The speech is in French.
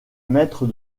maître